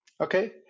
Okay